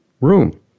room